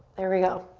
there we go.